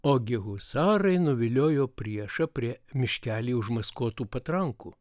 ogi husarai nuviliojo priešą prie miškely užmaskuotų patrankų